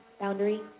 Boundary